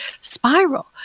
spiral